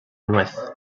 nuez